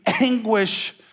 anguish